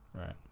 Right